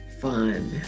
fun